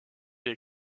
des